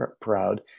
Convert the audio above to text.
proud